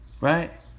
right